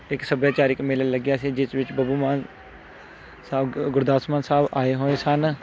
ਇੱਕ ਸੱਭਿਆਚਾਰਿਕ ਮੇਲਾ ਲੱਗਿਆ ਸੀ ਜਿਸ ਵਿੱਚ ਬੱਬੂ ਮਾਨ ਸਾਬ ਗੁਰਦਾਸ ਮਾਨ ਸਾਬ ਆਏ ਹੋਏ ਸਨ